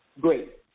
Great